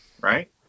Right